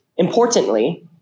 importantly